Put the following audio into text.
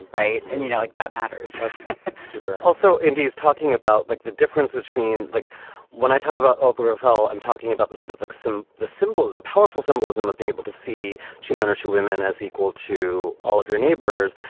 right. and, you know, like that matters to her also, indy is talking about like the difference between like when i talk about obergefell, i'm talking about the sort of like some the symbols, the powerful symbolism of being able to see two men or two women as equal to all of your neighbors.